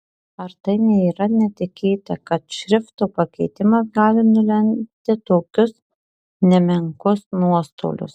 ar tai nėra netikėta kad šrifto pakeitimas gali nulemti tokius nemenkus nuostolius